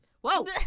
Whoa